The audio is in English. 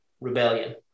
rebellion